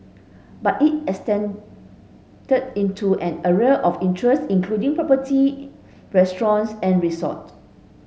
but it expanded into an array of interests including property restaurants and resort